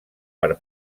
per